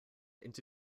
into